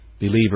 Believer